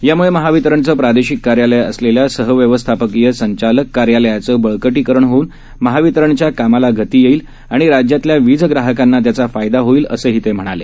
यामुळे महावितरणचं प्रादेशिक कार्यालय असलेल्या सहव्यवस्थापकीय संचालक कार्यालयांचं बळकटीकरण होऊन महावितरणच्या कामाला गती येईल आणि राज्यातल्या वीज ग्राहकांना त्याचा फायदा होईल असही ते म्हणाले